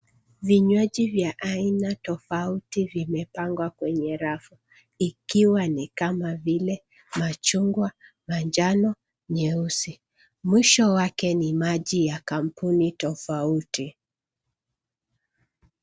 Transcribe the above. Vinywaji vya aina tofauti vimepangwa kwenye rafu ikiwa ni kama vile machungwa, manjano, nyeusi. Mwisho wake ni maji ya kampuni tofauti